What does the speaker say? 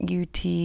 UT